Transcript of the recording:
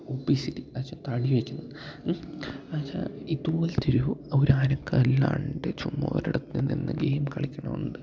obesity അല്ലെങ്കില് തടിവയ്ക്കുന്നത് എന്നുവച്ചാല് ഇതുപോലത്തൊരു ഒരനക്കമില്ലാണ്ട് ചുമ്മാ ഒരിടത്തുനിന്ന് ഗെയിം കളിക്കുന്നതുകൊണ്ട്